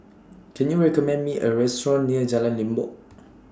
Can YOU recommend Me A Restaurant near Jalan Limbok